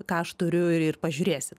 ką aš turiu ir ir pažiūrėsim